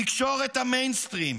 תקשורת המיינסטרים,